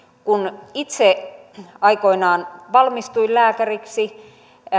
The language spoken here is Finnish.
kun itse aikoinaan valmistuin lääkäriksi